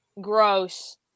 gross